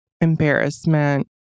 embarrassment